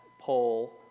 poll